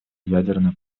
ядерную